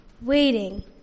waiting